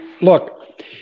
look